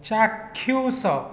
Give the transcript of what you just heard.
ଚାକ୍ଷୁଷ